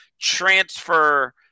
transfer